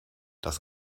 das